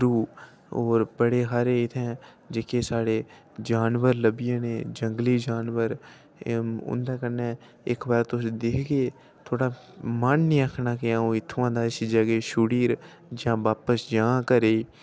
पक्खरू होर बड़े हारे इत्थै जेह्के साढ़े जानवर लब्भी जाने जंगली जानवर उंदे कन्नै इक बार तुस दिखगे थुआढ़ा मन नीं आखना केह् अ'ऊं इत्थुआं दा के छोड़ियै जां बापस जां घरै गी